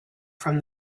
from